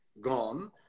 gone